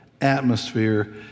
atmosphere